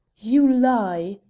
you lie!